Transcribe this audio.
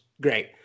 great